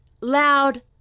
loud